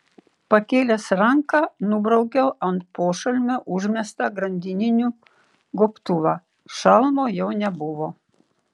pakėlęs ranką nubraukiau ant pošalmio užmestą grandininių gobtuvą šalmo jau nebuvo